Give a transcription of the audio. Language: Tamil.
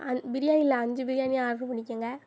பிரியாணியில் அஞ்சு பிரியாணி ஆர்ட்ரு பண்ணிக்கங்க